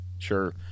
Sure